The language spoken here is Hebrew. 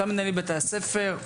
אותם מנהלי בתי ספר,